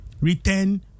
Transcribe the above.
return